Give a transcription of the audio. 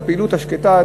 הפעילות השקטה,